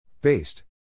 Based